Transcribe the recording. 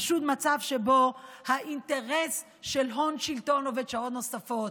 פשוט מצב שבו האינטרס של הון-שלטון עובד שעות נוספות.